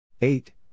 Eight